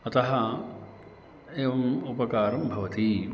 अतः एवम् उपकारं भवति